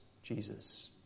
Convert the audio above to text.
jesus